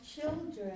children